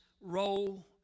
role